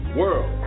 world